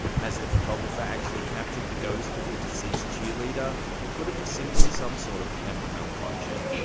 has the photographer actually captured the ghost of the deceased cheerleader? or could it be simply some sort of camera malfunction?